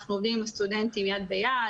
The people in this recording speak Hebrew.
אנחנו עובדים עם הסטודנטים יד ביד,